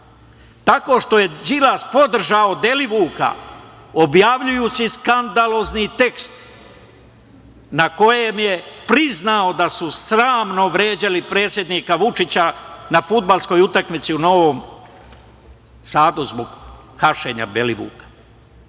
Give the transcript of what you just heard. tako što je Đilas podržao Belivuka, objavljujući skandalozni tekst na kojem je priznao da su sramno vređali predsednika Vučića na fudbalskoj utakmici u Novom Sadu zbog hapšenja Belivuka.